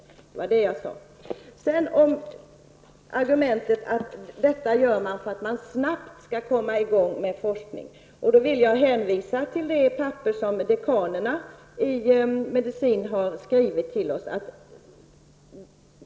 Vidare har vi argumentet om att snabbt komma i gång med forskning. Jag vill då hänvisa till det brev som dekanerna i medicin har skrivit till oss.